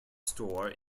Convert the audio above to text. store